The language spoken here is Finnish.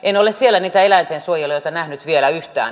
en ole siellä niitä eläintensuojelijoita nähnyt vielä yhtään